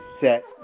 set